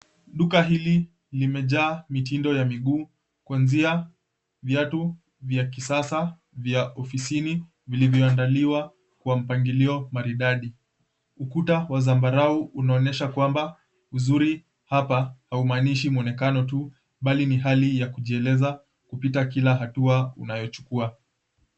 Duka hili kimejaa mitindo ya miguu kuanzia viatu vya kisasa, vya ofisini vilivyoandaliwa kwa mpangilio maridadi. Ukuta wa zambarau unaonyesha kwamba uzuri hapa haumaanishi mwonekano tu bali ni hali ya kujieleza kupita kila hatua unayochukua.